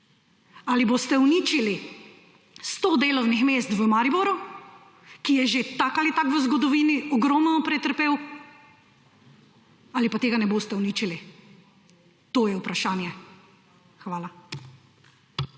Ali boste uničili 100 delovnih mest v Mariboru, ki je že tako ali tako v zgodovini ogromno pretrpel, ali pa tega ne boste uničili, to je vprašanje. Hvala.